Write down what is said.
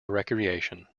recreation